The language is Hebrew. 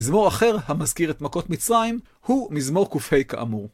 מזמור אחר, המזכיר את מכות מצרים, הוא מזמור ק"ה כאמור.